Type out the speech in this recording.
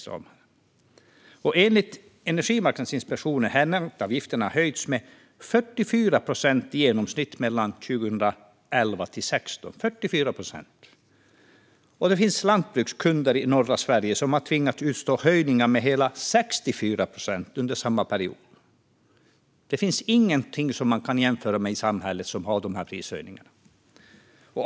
Underskott i förhållande till elnätsföretagens intäktsramar för tillsynsperioden 2012-2015 Enligt Energimarknadsinspektionen har nätavgifterna höjts med i genomsnitt 44 procent åren 2011-2016 - 44 procent! Det finns lantbrukskunder i norra Sverige som har tvingats utstå höjningar med hela 64 procent under samma period. Det finns ingenting som man kan jämföra med i samhället som har de här prishöjningarna.